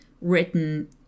written